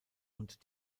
und